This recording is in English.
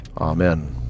amen